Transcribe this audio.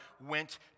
went